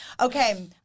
Okay